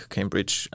Cambridge